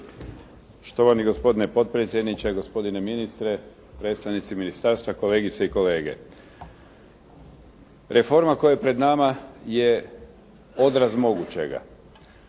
Štovani gospodine potpredsjedniče, gospodine ministre, predstavnici ministarstva, kolegice i kolege. Reforma koja je pred nama je odraz mogućega.